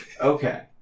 Okay